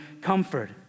comfort